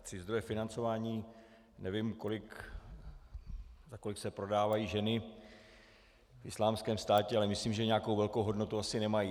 Tři zdroje financování nevím, za kolik se prodávají ženy v Islámském státě, ale myslím, že nějakou velkou hodnotu asi nemají.